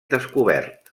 descobert